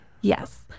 Yes